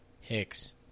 Hicks